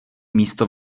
místo